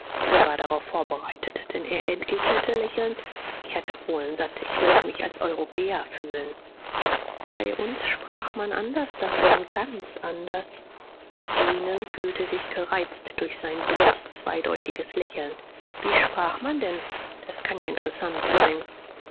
er war darauf vorbereitet denn er entgegnete lächelnd ich hatte polen satt ich wollte mich als europäer fühlen bei uns sprach man anders davon ganz anders zenon fühlte sich gereizt durch sein dummes zweideutiges lächeln wie sprach man denn das kann ja interessant sein